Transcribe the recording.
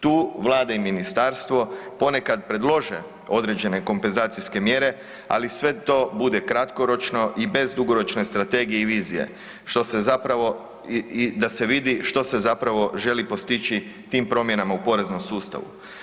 Tu Vlada i ministarstvo ponekad predlože određene kompenzacijske mjere, ali sve to bude kratkoročno i bez dugoročne strategije i vizije što se zapravo, i da se vidi što se zapravo želi postići tim promjenama u poreznom sustavu.